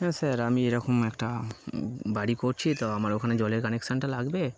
হ্যাঁ স্যার আমি এরকম একটা বাড়ি করছি তো আমার ওখানে জলের কানেকশানটা লাগবে